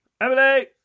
Emily